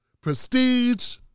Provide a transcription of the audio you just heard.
prestige